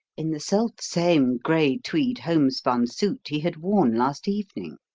in the self-same grey tweed home-spun suit he had worn last evening.